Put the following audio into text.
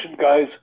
guys